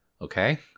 Okay